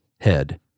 head